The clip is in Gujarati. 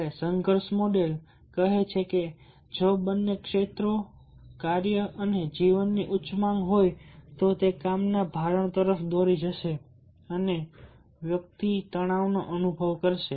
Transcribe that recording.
અને સંઘર્ષ મોડલ કહે છે કે જો બંને ક્ષેત્રો કાર્ય અને જીવનની ઉચ્ચ માંગ હોય તો તે કામના ભારણ તરફ દોરી જશે અને વ્યક્તિ તણાવનો અનુભવ કરશે